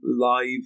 live